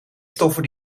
stoffen